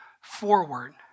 forward